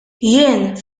jien